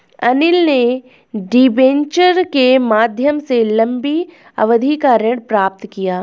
अनिल ने डिबेंचर के माध्यम से लंबी अवधि का ऋण प्राप्त किया